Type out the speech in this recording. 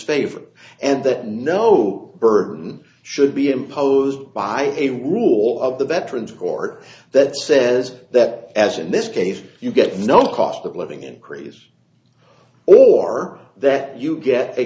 favor and that no burden should be imposed by a rule of the veterans court that says that as in this case you get no cost of living increase or that you get a